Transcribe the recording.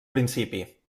principi